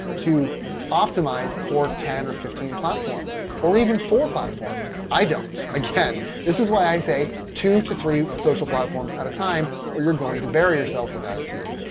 to optimize for ten or fifteen platforms or even four platforms. i don't again. this is why i say two to three social platforms at a time or you're going to bury yourself without a team.